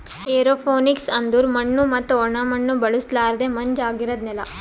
aeroponics ಅಂದುರ್ ಮಣ್ಣು ಮತ್ತ ಒಣ ಮಣ್ಣ ಬಳುಸಲರ್ದೆ ಮಂಜ ಆಗಿರದ್ ನೆಲ